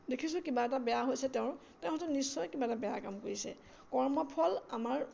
দেখিছোঁ কিবা এটা বেয়া হৈছে তেওঁ হয়তো নিশ্চয় কিবা এটা বেয়া কাম কৰিছে কৰ্মফল আমাৰ